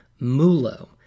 MULO